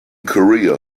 korea